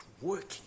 working